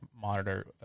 monitor